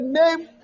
name